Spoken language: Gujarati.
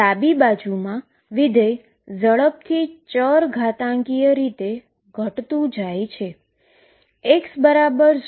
તો ડાબી બાજુમાં વિધેય ઝડપથી એક્સ્પોનેન્શીઅલ રીતે ડીકે થાય છે